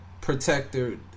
protector